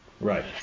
Right